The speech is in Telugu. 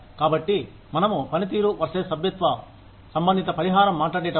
కాబట్టి మనము పనితీరు వర్సెస్ సభ్యత్వ సంబంధిత పరిహారం మాట్లాడేటప్పుడు